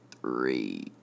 Three